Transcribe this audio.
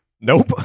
Nope